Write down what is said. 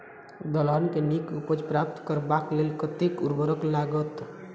दलहन केँ नीक उपज प्राप्त करबाक लेल कतेक उर्वरक लागत?